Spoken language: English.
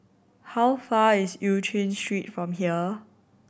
how far is Eu Chin Street from here